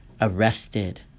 arrested